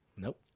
Nope